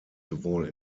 sowohl